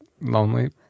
lonely